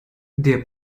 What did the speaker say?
der